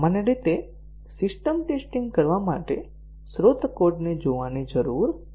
સામાન્ય રીતે system testing કરવા માટે સ્રોત કોડને જોવાની જરૂર નથી